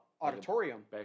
auditorium